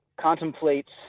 contemplates